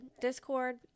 Discord